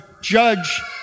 judge